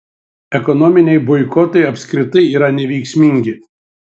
ekonominiai boikotai apskritai yra neveiksmingi